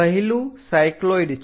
પહેલું સાયક્લોઈડ છે